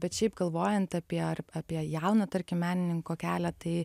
bet šiaip galvojant apie ar apie jauną tarkim menininko kelią tai